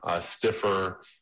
stiffer